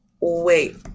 wait